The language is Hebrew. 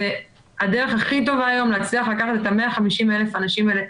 זו הדרך הכי טובה היום להצליח לקחת את ה-150,000 אנשים האלה,